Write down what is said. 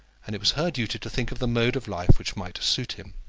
and it was her duty to think of the mode of life which might suit him.